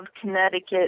Connecticut